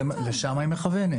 לשם היא מכוונת.